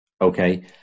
okay